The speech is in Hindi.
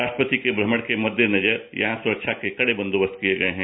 राष्ट्रपति के श्रमण के मद्देनजर यहां सुरक्षा के कड़े बंदोबस्त किए गए हैं